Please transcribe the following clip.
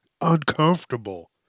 uncomfortable